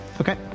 Okay